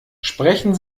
sprechen